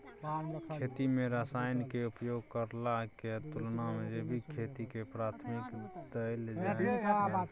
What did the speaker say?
खेती में रसायन के उपयोग करला के तुलना में जैविक खेती के प्राथमिकता दैल जाय हय